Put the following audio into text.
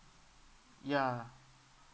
ya